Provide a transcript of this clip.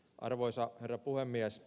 arvoisa herra puhemies